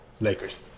Lakers